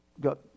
got